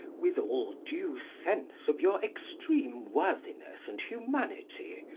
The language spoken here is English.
with all due sense of your extreme worthiness and humanity,